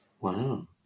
Wow